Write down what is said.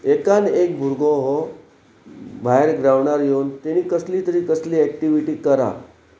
एकान एक भुरगो हो भायर ग्रावंडार येवन तेणी कसली तरी कसली एक्टिविटी करा